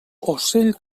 ocell